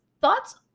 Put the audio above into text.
thoughts